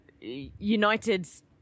United's